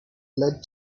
led